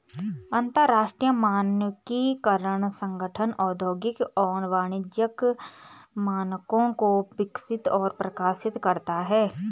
अंतरराष्ट्रीय मानकीकरण संगठन औद्योगिक और वाणिज्यिक मानकों को विकसित और प्रकाशित करता है